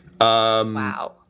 wow